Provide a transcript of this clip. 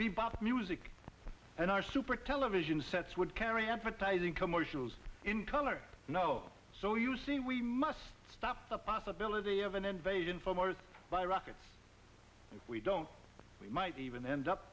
bebop music and our super television sets would carry advertising commercials in color you know so you see we must stop the possibility of an invasion from mars by rockets if we don't we might even end up